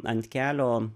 ant kelio